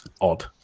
odd